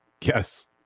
yes